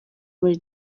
muri